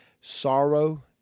sorrow